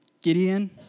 Gideon